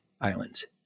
Islands